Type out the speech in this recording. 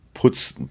puts